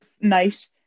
nice